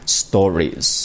stories